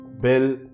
Bill